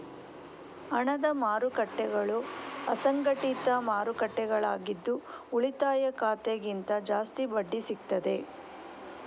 ಹಣದ ಮಾರುಕಟ್ಟೆಗಳು ಅಸಂಘಟಿತ ಮಾರುಕಟ್ಟೆಗಳಾಗಿದ್ದು ಉಳಿತಾಯ ಖಾತೆಗಿಂತ ಜಾಸ್ತಿ ಬಡ್ಡಿ ಸಿಗ್ತದೆ